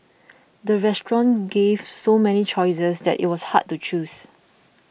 the restaurant gave so many choices that it was hard to choose